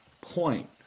point